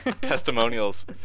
testimonials